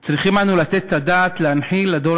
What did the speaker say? צריכים אנחנו לתת את הדעת להנחיל לדור